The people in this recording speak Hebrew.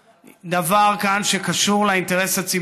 ויותר מכך, זה גם בא מתוך אטימות ובוטות